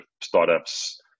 startups